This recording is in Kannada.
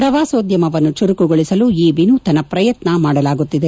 ಪ್ರವಾಸೋದ್ಯಮವನ್ನು ಚುರುಕುಗೊಳಿಸಲು ಈ ವಿನೂತನ ಪ್ರಯತ್ನ ಮಾಡಲಾಗುತ್ತಿದೆ